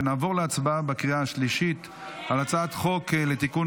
נעבור להצבעה בקריאה השלישית על הצעת חוק לתיקון